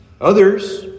Others